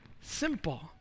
simple